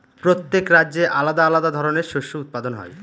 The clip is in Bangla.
প্রত্যেক রাজ্যে আলাদা আলাদা ধরনের শস্য উৎপাদন হয়